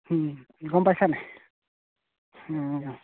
গম পাইছেনে অঁ